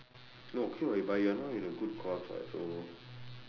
no okay [what] but you are now in a good course [what] so